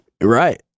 Right